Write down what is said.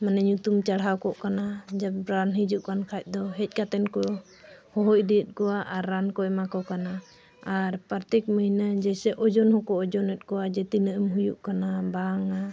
ᱢᱟᱱᱮ ᱧᱩᱛᱩᱢ ᱪᱟᱲᱦᱟᱣ ᱠᱚᱜ ᱠᱟᱱᱟ ᱡᱚᱵᱽ ᱨᱟᱱ ᱦᱤᱡᱩᱜ ᱠᱟᱱ ᱠᱷᱟᱡ ᱫᱚ ᱦᱮᱡ ᱠᱟᱛᱮᱱ ᱠᱚ ᱦᱚᱦᱚ ᱤᱫᱤᱭᱮᱫ ᱠᱚᱣᱟ ᱟᱨ ᱨᱟᱱ ᱠᱚ ᱮᱢᱟ ᱠᱚ ᱠᱟᱱᱟ ᱟᱨ ᱯᱨᱚᱛᱛᱮᱠ ᱢᱟᱹᱦᱱᱟᱹ ᱡᱮᱭᱥᱮ ᱳᱡᱚᱱ ᱦᱚᱸᱠᱚ ᱳᱡᱚᱱᱮᱫ ᱠᱚᱣᱟ ᱡᱮ ᱛᱤᱱᱟᱹᱜ ᱮᱢ ᱦᱩᱭᱩᱜ ᱠᱟᱱᱟ ᱵᱟᱝᱟ